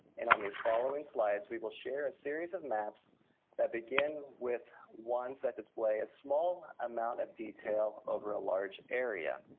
and on these following slides, we will share a series of maps that begin with ones that display a small amount of detail over a large area.